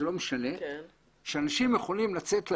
זה לא משנה שאנשים יכולים לצאת לים,